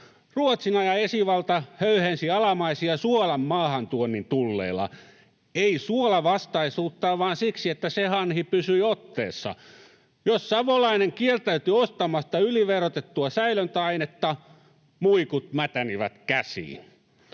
Ruotsin ajan esivalta höyhensi alamaisia suolan maahantuonnin tulleilla, ei suolavastaisuuttaan vaan siksi, että se hanhi pysyi otteessa. Jos savolainen kieltäytyi ostamasta yliverotettua säilöntäainetta, muikut mätänivät käsiin.